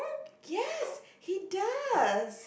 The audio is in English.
yes he does